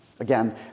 Again